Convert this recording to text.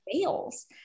fails